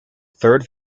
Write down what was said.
third